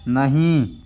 नहीं